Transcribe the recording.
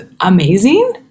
amazing